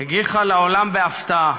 הגיחה לעולם בהפתעה,